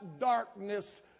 darkness